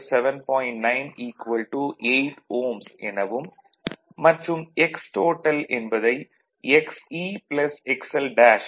9 8 Ω எனவும் மற்றும் Xtotal என்பதை Xe XL' 0